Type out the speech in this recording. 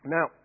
Now